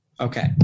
Okay